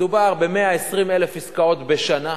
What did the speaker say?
מדובר ב-120,000 עסקאות בשנה,